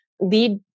lead